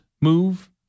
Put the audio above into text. move